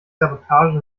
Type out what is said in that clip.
sabotage